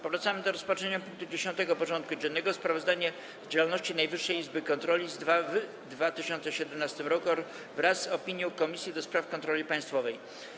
Powracamy do rozpatrzenia punktu 10. porządku dziennego: Sprawozdanie z działalności Najwyższej Izby Kontroli w 2017 roku wraz z opinią Komisji do Spraw Kontroli Państwowej.